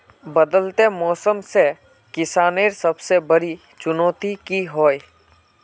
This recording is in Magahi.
बदलते मौसम से किसानेर सबसे बड़ी चुनौती की होय?